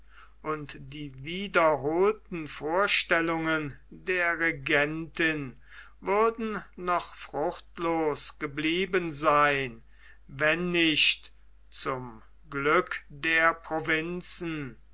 und die wiederholten vorstellungen der regentin würden noch fruchtlos geblieben sein wenn nicht zum glück der provinzen